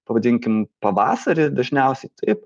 pavadinkim pavasarį dažniausiai taip